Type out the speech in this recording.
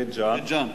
בית-ג'ן,